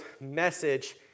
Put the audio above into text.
message